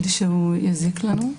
בלי שהוא יזיק לנו.